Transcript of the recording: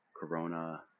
Corona